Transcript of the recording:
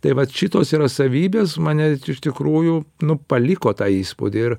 tai vat šitos yra savybės mane iš tikrųjų nu paliko tą įspūdį ir